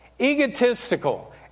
egotistical